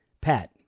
Pat